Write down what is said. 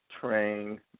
train